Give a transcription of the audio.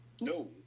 No